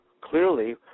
clearly